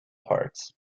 parts